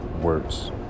Words